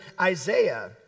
Isaiah